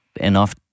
enough